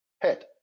head